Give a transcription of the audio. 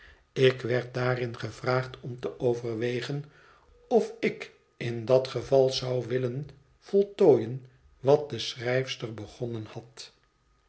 ik werd daarin gevraagd om te overwegen of ik in dat geval zou willen voltooien wat de schrijfster begonnen had